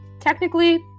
Technically